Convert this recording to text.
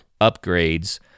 upgrades